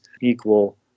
equal